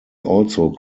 also